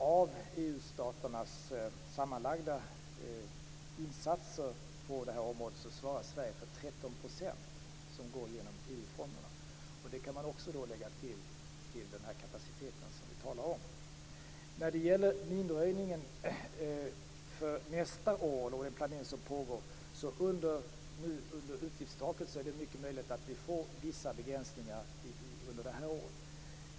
Av EU-staternas sammanlagda insatser på det här området svarar Sverige för 13 % som går genom EU-fonderna. Det kan också läggas till den kapacitet som vi talar om. När det gäller minröjningen för nästa år och den planering som nu pågår vill jag säga att det är mycket möjligt att vi får vissa begränsningar under det här året beroende på utgiftstaket.